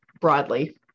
broadly